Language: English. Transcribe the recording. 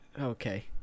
okay